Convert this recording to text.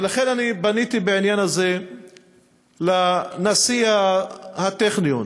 ולכן פניתי בעניין הזה לנשיא הטכניון